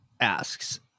asks